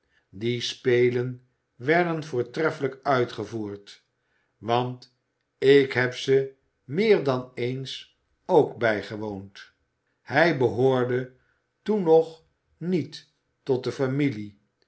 die spelen werden voortreffelijk uitgevoerd want ik heb ze meer dan eens ook bijgewoond hij behoorde toen nog niet tot de familie